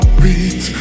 beat